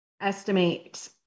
estimate